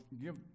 give